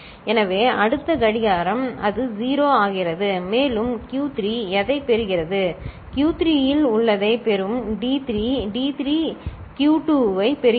எனவே அடுத்த கடிகாரம் அது 0 ஆகிறது மேலும் Q3 எதைப் பெறுகிறது Q3 இல் உள்ளதைப் பெறும் டி 3 டி 3 க்யூ 2ஐ பெறுகிறது